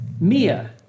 Mia